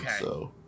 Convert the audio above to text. Okay